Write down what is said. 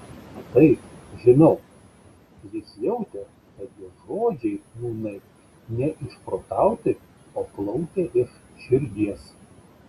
taip žinau jis jautė kad jo žodžiai nūnai ne išprotauti o plaukia iš širdies